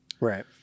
Right